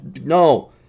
no